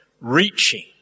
reaching